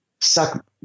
suck